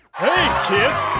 hey kids!